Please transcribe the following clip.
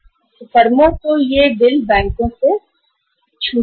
तो फर्म इन बिलों की बैंकों से छूट लेगी